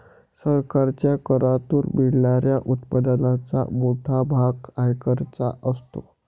सरकारच्या करातून मिळणाऱ्या उत्पन्नाचा मोठा भाग आयकराचा असतो